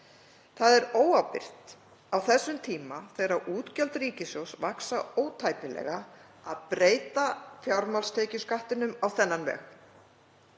Það er óábyrgt á þessum tímum þegar útgjöld ríkissjóð vaxa ótæpilega að breyta fjármagnstekjuskattinum á þennan veg.